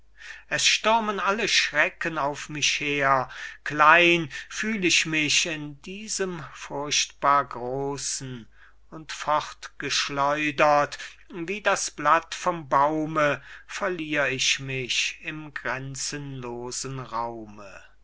es stürmen alle schrecken auf mich her klein fühl ich mich in diesem furchtbargroßen und fortgeschleudert wie das blatt vom baume verlier ich mich im grenzenlosen raume